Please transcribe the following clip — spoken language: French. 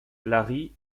larry